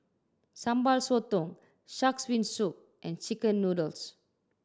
Sambal Sotong Shark's Fin Soup and chicken noodles